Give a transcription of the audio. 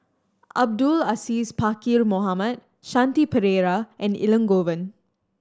Abdul Aziz Pakkeer Mohamed Shanti Pereira and Elangovan